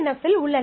F இல் உள்ளன